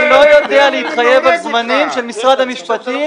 אני לא יודע להתחייב על הזמנים של משרד המשפטים.